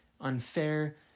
unfair